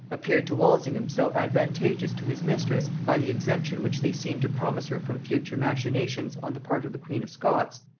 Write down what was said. appeared to walsingham so advantageous to his mistress, by the exemption which they seemed to promise her from future machinations on the part of the queen of scots,